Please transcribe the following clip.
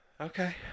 Okay